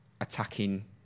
attacking